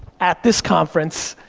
at this conference,